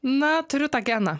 na turiu tą geną